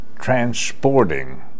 transporting